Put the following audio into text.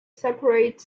separate